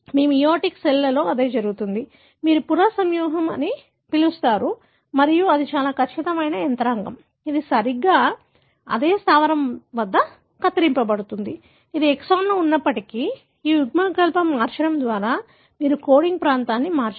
మీ మియోటిక్సెల్లలో అదే జరుగుతుంది మీరు పునః సంయోగం అని పిలుస్తారు మరియు ఇది చాలా ఖచ్చితమైన యంత్రాంగం ఇది సరిగ్గా అదే స్థావరం వద్ద కత్తిరించబడుతుంది ఇది ఎక్సాన్లో ఉన్నప్పటికీ ఈ యుగ్మవికల్పం మార్చడం ద్వారా మీరు కోడింగ్ ప్రాంతాన్ని మార్చరు